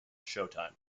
showtime